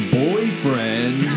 boyfriend